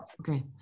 Okay